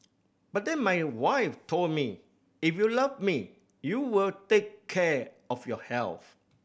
but then my wife told me if you love me you will take care of your health